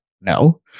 no